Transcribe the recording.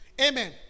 Amen